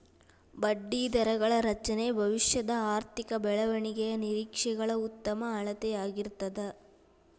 ಬಡ್ಡಿದರಗಳ ರಚನೆ ಭವಿಷ್ಯದ ಆರ್ಥಿಕ ಬೆಳವಣಿಗೆಯ ನಿರೇಕ್ಷೆಗಳ ಉತ್ತಮ ಅಳತೆಯಾಗಿರ್ತದ